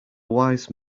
wise